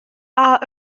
are